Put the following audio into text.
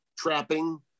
trapping